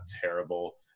terrible